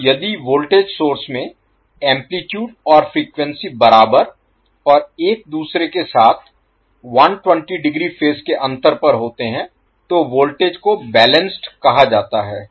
तो यदि voltage source में एम्पलीटूड और फ्रीक्वेंसी बराबर और एक दूसरे के साथ 120 डिग्री फेज के अंतर पर होते हैं तो वोल्टेज को बैलेंस्ड कहा जाता है